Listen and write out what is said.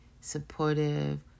supportive